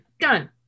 Done